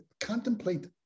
contemplate